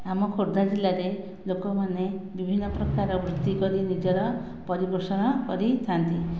ଆମ ଖୋର୍ଦ୍ଧା ଜିଲ୍ଲାରେ ଲୋକମାନେ ବିଭିନ୍ନ ପ୍ରକାର ବୃତ୍ତି କରି ନିଜର ପରିପୋଷଣ କରିଥାନ୍ତି